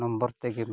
number ᱛᱮᱜᱮᱢ